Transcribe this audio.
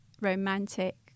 romantic